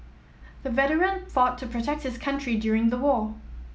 the veteran fought to protect his country during the war